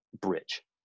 bridge